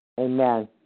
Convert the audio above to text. Amen